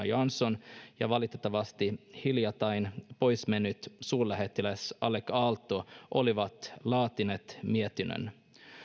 jansson ja valitettavasti hiljattain poismennyt suurlähettiläs alec aalto olivat laatineet mietinnön